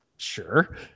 sure